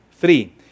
three